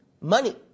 Money